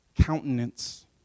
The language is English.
countenance